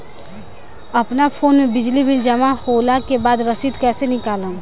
अपना फोन मे बिजली बिल जमा होला के बाद रसीद कैसे निकालम?